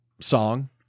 song